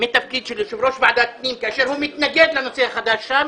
מתפקיד של יושב-ראש ועדת הפנים - כאשר הוא מתנגד לטענת נושא החדש שם,